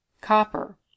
Copper